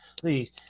Please